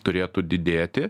turėtų didėti